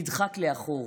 נדחק לאחור.